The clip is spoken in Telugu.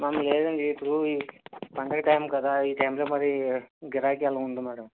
మ్యాడమ్ లేదండి ఇప్పుడు పండుగ టైం కదా ఈ టైంలో మరి గిరాకీ అలా ఉంది మ్యాడమ్